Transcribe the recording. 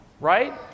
Right